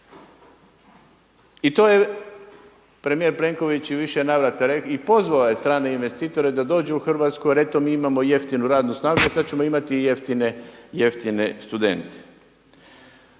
I to je premijer Plenković u više navrata rekao i pozvao je strane investitore da dođu u Hrvatsku jer eto, mi imamo jeftinu radnu snagu a sad ćemo i jeftine studente.